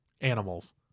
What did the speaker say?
animals